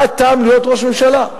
מה הטעם להיות ראש ממשלה?